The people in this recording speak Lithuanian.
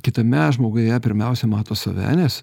kitame žmoguje pirmiausia mato save nes